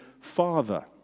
Father